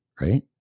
Right